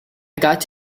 got